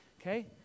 Okay